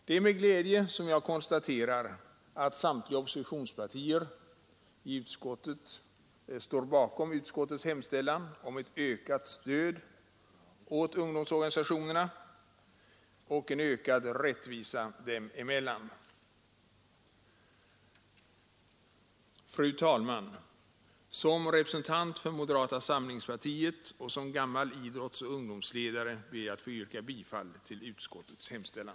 Det är med glädje som jag konstaterar att samtliga oppositionspartier i utskottet står bakom utskottets hemställan om ett ökat stöd åt ungdomsorganisationerna och en ökad rättvisa dem emellan. Fru talman! Som representant för moderata samlingspartiet och som gammal idrottsoch ungdomsledare ber jag att få yrka bifall till utskottets hemställan.